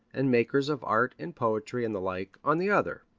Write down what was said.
and makers of art and poetry and the like, on the other.